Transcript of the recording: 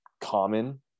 common